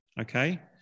Okay